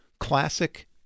classic